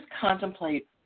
contemplate